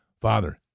Father